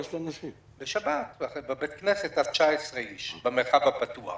בשבת, בבית הכנסת, היו 19 איש במרחב הפתוח